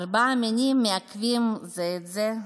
ארבעה מינים מעכבים זה את זה,